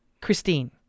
christine